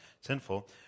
sinful